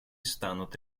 станут